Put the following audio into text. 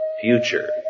future